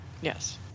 Yes